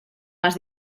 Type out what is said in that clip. más